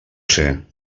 ser